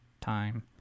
time